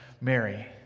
Mary